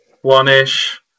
One-ish